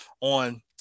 on